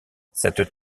cette